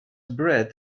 bred